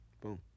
Boom